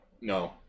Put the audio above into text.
No